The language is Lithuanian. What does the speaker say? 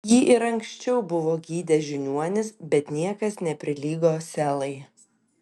jį ir anksčiau buvo gydę žiniuonys bet niekas neprilygo selai